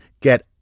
Get